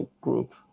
group